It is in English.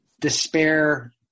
despair